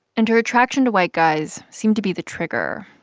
and her attraction to white guys seemed to be the trigger.